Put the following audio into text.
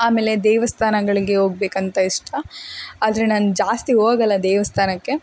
ಆಮೇಲೆ ದೇವಸ್ಥಾನಗಳಿಗೆ ಹೋಗ್ಬೇಕ್ ಅಂತ ಇಷ್ಟ ಆದರೆ ನಾನು ಜಾಸ್ತಿ ಹೋಗಲ್ಲ ದೇವಸ್ಥಾನಕ್ಕೆ